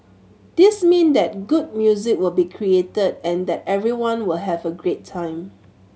this mean that good music will be created and that everyone will have a great time